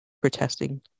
protesting